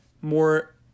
more